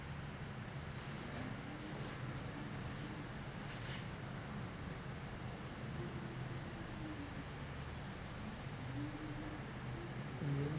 mm